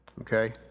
Okay